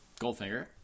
Goldfinger